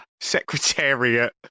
Secretariat